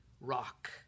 rock